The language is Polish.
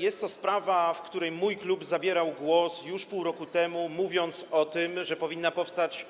Jest to sprawa, w której mój klub zabierał głos już pół roku temu, mówiąc o tym, że powinna powstać